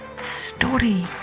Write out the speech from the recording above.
Story